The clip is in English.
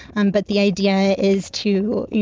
and but the idea is to, you